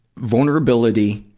vulnerability,